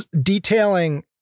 detailing